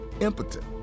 impotent